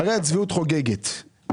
שהצביעות חוגגת.